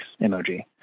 emoji